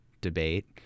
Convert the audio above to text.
debate